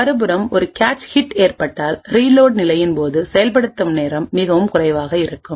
மறுபுறம் ஒரு cache hit ஏற்பட்டால் ரீலோட் நிலையின் போது செயல்படுத்தும் நேரம் மிகவும் குறைவாக இருக்கும்